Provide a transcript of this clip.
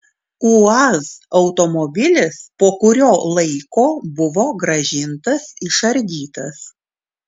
uaz automobilis po kurio laiko buvo grąžintas išardytas